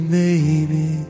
baby